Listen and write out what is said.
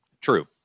True